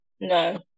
No